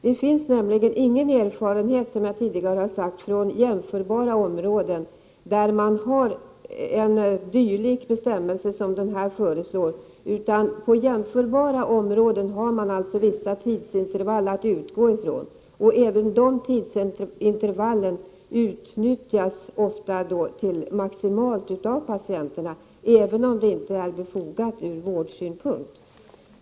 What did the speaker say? Som jag tidigare har sagt finns det nämligen inte någon erfarenhet från | jämförbara områden där man har en dylik bestämmelse. På jämförbara områden har man alltså att utgå från vissa tidsintervall. Även de utnyttjas | ofta maximalt av patienterna, även om detta inte är befogat från vårdsynpunkt.